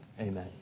Amen